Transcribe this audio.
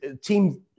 team